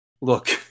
Look